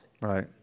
Right